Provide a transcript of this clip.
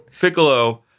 Piccolo